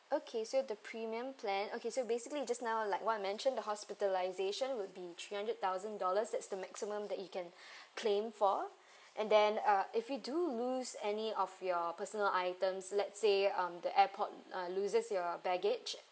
okay so the premium plan okay so basically just now like what I mentioned the hospitalization would be three hundred thousand dollars that's the maximum that you can claim for and then uh if we do lose any of your personal items let's say um the airport uh loses your baggage